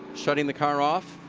shutting the car off.